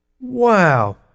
Wow